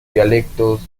dialectos